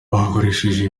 bakoresheje